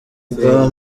bwa